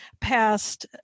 past